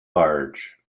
large